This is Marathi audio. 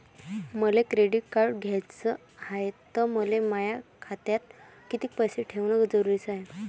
मले क्रेडिट कार्ड घ्याचं हाय, त मले माया खात्यात कितीक पैसे ठेवणं जरुरीच हाय?